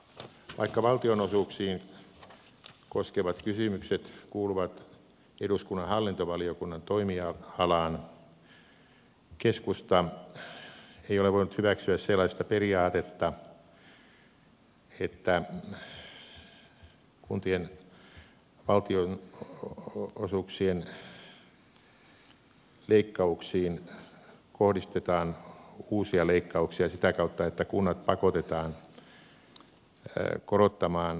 vaikka valtionosuuksia koskevat kysymykset kuuluvat eduskunnan hallintovaliokunnan toimialaan keskusta ei ole voinut hyväksyä sellaista periaatetta että kuntien valtionosuuksien leikkauksiin kohdistetaan uusia leikkauksia sitä kautta että kunnat pakotetaan korottamaan kiinteistöveroa